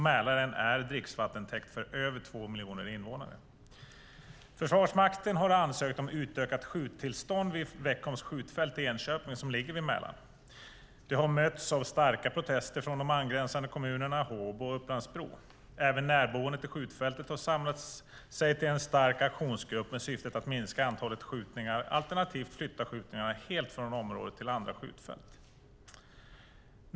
Mälaren är dricksvattentäkt för över 2 miljoner invånare. Försvarsmakten har ansökt om utökat skjuttillstånd vid Veckholms skjutfält i Enköping som ligger vid Mälaren. Det har mötts av starka protester från de angränsande kommunerna Håbo och Upplands-Bro. Även närboende till skjutfältet har samlat sig till en stark aktionsgrupp med syftet att minska antalet skjutningar alternativt flytta skjutningarna helt från området till andra skjutfält.